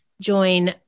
join